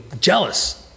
jealous